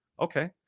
Okay